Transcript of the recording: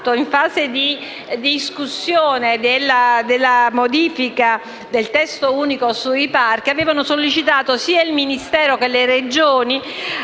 in fase di discussione della modifica del testo unico sui parchi, avevano sollecitato sia il Ministero che le Regioni